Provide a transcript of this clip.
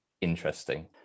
interesting